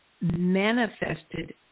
manifested